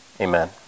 Amen